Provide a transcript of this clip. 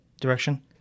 direction